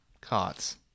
Cots